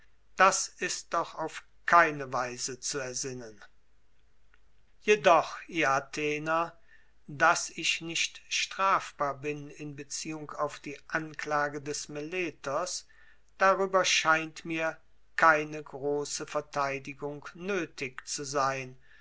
das ist doch auf keine weise zu ersinnen jedoch ihr athener daß ich nicht strafbar bin in beziehung auf die anklage des meletos darüber scheint mir keine große verteidigung nötig zu sein